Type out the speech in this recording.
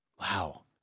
Wow